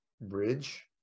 bridge